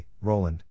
Roland